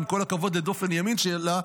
עם כל הכבוד לדופן ימין שלה,